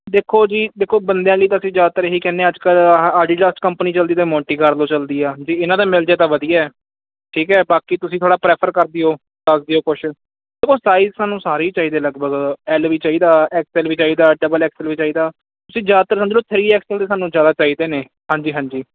ਦੇਖੋ ਜੀ ਦੇਖੋ ਬੰਦਿਆਂ ਲਈ ਤਾਂ ਅਸੀਂ ਜ਼ਿਆਦਾਤਰ ਇਹ ਹੀ ਕਹਿੰਦੇ ਆ ਅੱਜ ਕੱਲ੍ਹ ਤਾਂ ਆਡੀਡਸ ਕੰਪਨੀ ਚੱਲਦੀ ਅਤੇ ਮੌਂਟੀਕਾਰਲੋ ਚੱਲਦੀ ਆ ਜੇ ਇਹਨਾਂ ਦਾ ਮਿਲ ਜੇ ਤਾਂ ਵਧੀਆ ਹੈ ਠੀਕ ਹੈ ਬਾਕੀ ਤੁਸੀਂ ਥੋੜ੍ਹਾ ਪ੍ਰੈਫਰ ਕਰ ਦਿਓ ਦੱਸ ਦਿਓ ਕੁਛ ਦੇਖੋ ਸਾਈਜ਼ ਸਾਨੂੰ ਸਾਰੇ ਚਾਹੀਦੇ ਲਗਭਗ ਐੱਲ ਵੀ ਚਾਹੀਦਾ ਐਕਸਲ ਵੀ ਚਾਹੀਦਾ ਡਬਲ ਐਕਸਲ ਵੀ ਚਾਹੀਦਾ ਤੁਸੀਂ ਜ਼ਿਆਦਾਤਰ ਸਮਝ ਲਓ ਥ੍ਰੀ ਐਕਸਲ ਦੇ ਸਾਨੂੰ ਜ਼ਿਆਦਾ ਚਾਹੀਦੇ ਨੇ ਹਾਂਜੀ ਹਾਂਜੀ